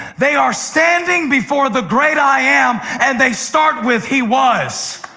they are standing before the great i am, and they start with he was.